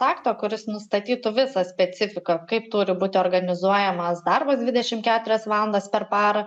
akto kuris nustatytų visą specifiką kaip turi būti organizuojamas darbas dvidešim keturias valandas per parą